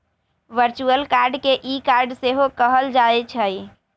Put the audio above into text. virtual card के e card सेहो कहल जाइ छइ